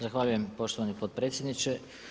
Zahvaljujem poštovani potpredsjedniče.